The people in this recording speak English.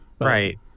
Right